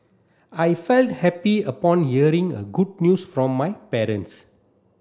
I felt happy upon hearing a good news from my parents